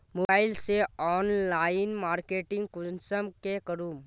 Mobile से online marketing कुंसम के करूम?